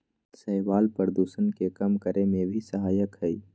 शैवाल प्रदूषण के कम करे में भी सहायक हई